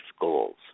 goals